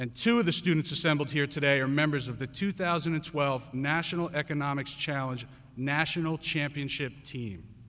and two of the students assembled here today are members of the two thousand and twelve national economics challenge national championship team